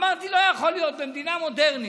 אמרתי: לא יכול להיות במדינה מודרנית,